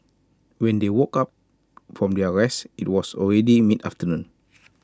when they woke up from their rest IT was already mid afternoon